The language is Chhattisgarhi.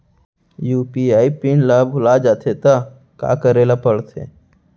यू.पी.आई पिन ल भुला जाथे त का करे ल पढ़थे?